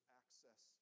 access